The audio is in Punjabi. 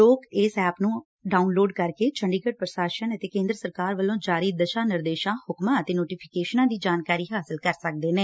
ਲੋਕ ਇਸ ਐਪ ਨੂੰ ਡਾਊਨਲੋਡ ਕਰਕੇ ਚੰਡੀਗੜ੍ ਪ੍ਰਸ਼ਾਸਨ ਕੇਂਦਰ ਸਰਕਾਰ ਵਲੋ ਜਾਰੀ ਦਿਸ਼ਾ ਨਿਰਦੇਸ਼ਾਂ ਹੁਕਮਾਂ ਅਤੇ ਨੋਟਿਫਿਕੇਸ਼ਨਾਂ ਦੀ ਜਾਣਕਾਰੀ ਲੈ ਸਕਦੇ ਨੇ